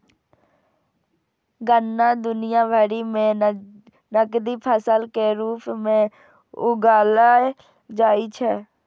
गन्ना दुनिया भरि मे नकदी फसल के रूप मे उगाएल जाइ छै